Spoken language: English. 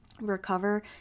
recover